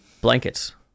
Blankets